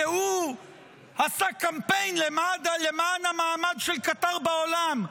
כי הוא עשה קמפיין למען המעמד של קטאר בעולם?